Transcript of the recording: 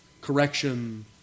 correction